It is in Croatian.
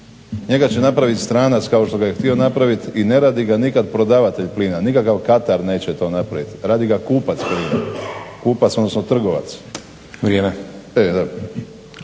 Njega će napravit stranac kao što ga je htio napravit i ne radi ga nikad prodavatelj plina. Nikakav kadar neće to napravit, radi ga kupac, odnosno trgovac. Tako